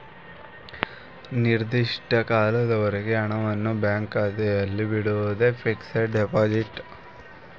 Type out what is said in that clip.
ನಿರ್ದಿಷ್ಟ ಕಾಲದವರೆಗೆ ಹಣವನ್ನು ಬ್ಯಾಂಕ್ ಖಾತೆಯಲ್ಲಿ ಬಿಡುವುದೇ ಫಿಕ್ಸಡ್ ಡೆಪೋಸಿಟ್